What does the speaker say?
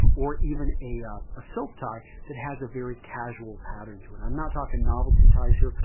or even a ah a silk tie that has a very casual pattern to it. i'm not talking novelty ties here.